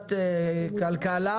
ועדת כלכלה,